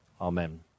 Amen